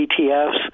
ETFs